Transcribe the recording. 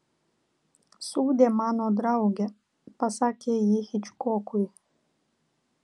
sudie mano drauge pasakė ji hičkokui